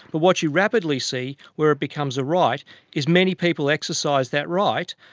but what you rapidly see where it becomes a right is many people exercise that right,